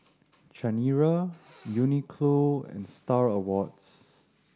Chanira Uniqlo and Star Awards